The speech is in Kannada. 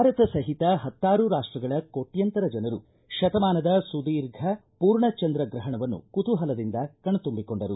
ಭಾರತ ಸಹಿತ ಹತ್ತಾರು ರಾಷ್ಟಗಳ ಕೋಟ್ಟಂತರ ಜನರು ಶತಮಾನದ ಸುದೀರ್ಘ ಪೂರ್ಣ ಚಂದ್ರ ಗ್ರಹಣವನ್ನು ಕುತೂಹಲದಿಂದ ಕಣ್ತುಂಬಿಕೊಂಡರು